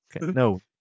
no